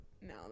No